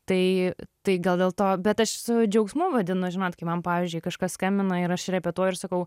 tai tai gal dėl to bet aš su džiaugsmu vadinu žinot kai man pavyzdžiui kažkas skambina ir aš repetuoju ir sakau